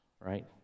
right